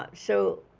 ah so,